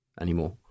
anymore